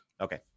Okay